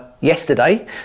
yesterday